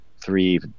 three